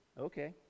Okay